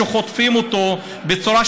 כשחוטפים אותו בצורה,